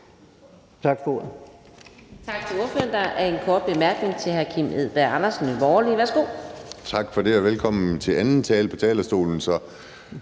Tak for det. Velkommen til anden tale på talerstolen.